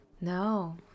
No